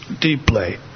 deeply